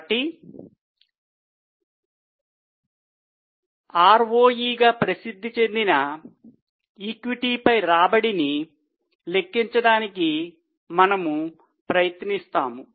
కాబట్టి ROE గా ప్రసిద్ది చెందిన ఈక్విటీపై రాబడిని లెక్కించడానికి మనము ప్రయత్నిస్తాము